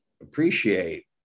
appreciate